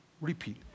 Repeat